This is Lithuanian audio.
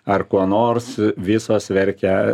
ar kuo nors visos verkia